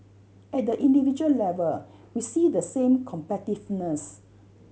at the individual level we see the same competitiveness